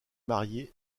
marié